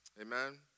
Amen